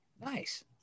Nice